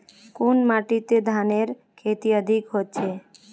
कुन माटित धानेर खेती अधिक होचे?